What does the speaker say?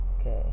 okay